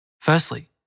Firstly